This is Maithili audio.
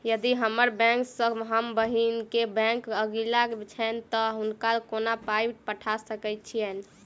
यदि हम्मर बैंक सँ हम बहिन केँ बैंक अगिला छैन तऽ हुनका कोना पाई पठा सकैत छीयैन?